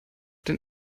den